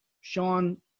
Sean